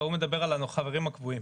לא, הוא מדבר על החברים הקבועים.